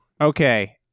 Okay